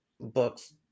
books